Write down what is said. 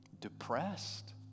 depressed